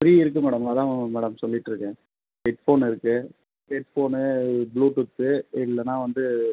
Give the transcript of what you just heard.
free இருக்கு madam அதான் madam சொல்லிகிட்டுருக்கேன் ஹெட்போன் இருக்கு ஹெட்போன் ப்ளூடூத் இல்லைனா வந்து